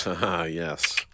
yes